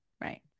right